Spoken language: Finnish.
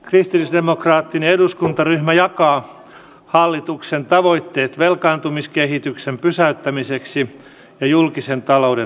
kristillisdemokraattinen eduskuntaryhmä jakaa hallituksen tavoitteet velkaantumiskehityksen pysäyttämiseksi ja julkisen talouden tervehdyttämiseksi